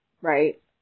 right